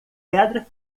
pedra